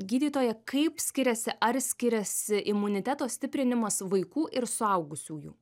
gydytoja kaip skiriasi ar skiriasi imuniteto stiprinimas vaikų ir suaugusiųjų